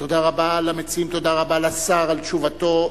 תודה רבה למציעים, תודה רבה לשר על תשובתו.